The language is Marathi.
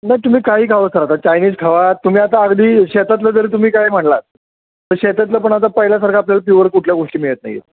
नाही तुम्ही काही खावा सर आता चायनीज खावा तुम्ही आता अगदी शेतातलं जर तुम्ही काय म्हणाला तर शेतातलं पण आता पहिल्यासारखं आपल्याला प्युअर कुठल्या गोष्टी मिळत नाही आहेत